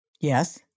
Yes